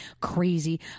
crazy